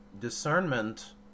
discernment